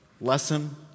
lesson